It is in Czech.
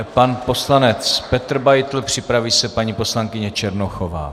Pan poslanec Petr Beitl, připraví se paní poslankyně Černochová.